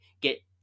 get